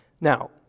Now